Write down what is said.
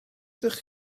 ydych